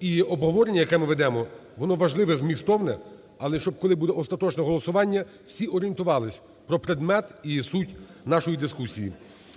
І обговорення, яке ми ведемо, воно важливе, змістовне, але, коли буде остаточне голосування, всі орієнтувалися про предмет і суть нашої дискусії.